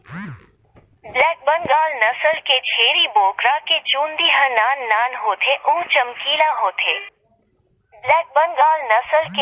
black Bengal नसल के छेरी बोकरा के चूंदी ह नान नान होथे अउ चमकीला होथे